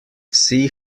see